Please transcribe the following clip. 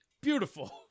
Beautiful